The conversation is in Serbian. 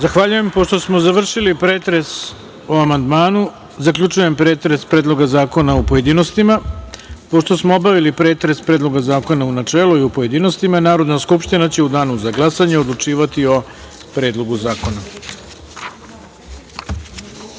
Zahvaljujem. Pošto smo završili pretres o amandmanu, zaključujem pretres Predloga zakona u pojedinostima. Pošto smo obavili pretres Predloga zakona u načelu i u pojedinostima, Narodna skupština će u danu za glasanje odlučivati o Predlogu